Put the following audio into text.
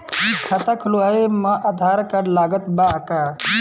खाता खुलावे म आधार कार्ड लागत बा का?